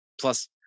Plus